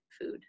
food